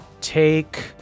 take